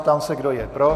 Ptám se, kdo je pro.